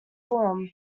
form